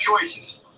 choices